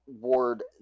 ward